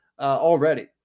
already